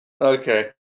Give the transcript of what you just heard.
Okay